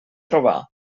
trobar